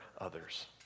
others